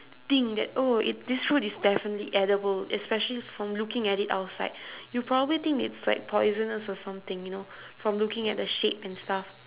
think that oh it this fruit is definitely edible especially from looking at it outside you probably think it's like poisonous or something you know from looking at the shape and stuff